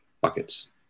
Buckets